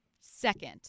second